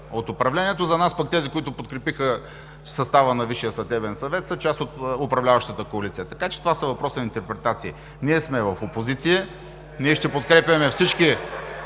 от управлението, а за нас – тези, които подкрепиха състава на Висшия съдебен съвет, са част от управляващата коалиция, така че това са въпроси на интерпретации. Ние сме в опозиция, ние ще подкрепяме всички